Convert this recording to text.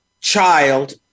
child